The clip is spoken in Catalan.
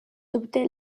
dubte